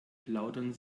plaudern